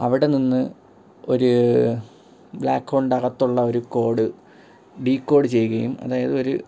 അവിടെനിന്ന് ഒരു ബ്ലാക്ക് ഹോളിൻ്റകത്തുള്ള ഒരു കോഡ് ഡി കോഡ് ചെയ്യുകയും അതായത് ഒരു